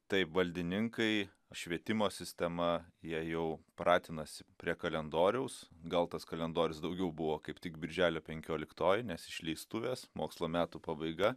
taip valdininkai švietimo sistema jie jau pratinasi prie kalendoriaus gal tas kalendorius daugiau buvo kaip tik birželio penkioliktoji nes išleistuvės mokslo metų pabaiga